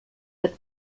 but